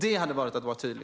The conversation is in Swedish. Det hade varit att vara tydlig.